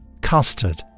custard